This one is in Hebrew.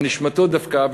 נשמתו דבקה,